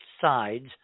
sides